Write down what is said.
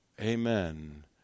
amen